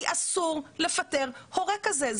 כי אסור לפטר אותו כזה.